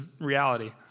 reality